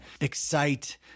excite